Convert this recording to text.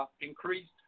increased